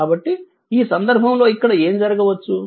కాబట్టి ఈ సందర్భంలో ఇక్కడ ఏం జరగవచ్చు